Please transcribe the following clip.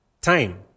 time